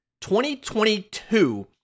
2022